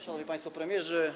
Szanowni Państwo Premierzy!